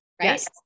Yes